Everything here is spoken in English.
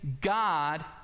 God